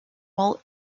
moult